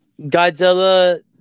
Godzilla